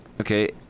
Okay